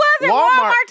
Walmart